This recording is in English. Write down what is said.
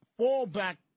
fallback